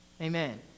Amen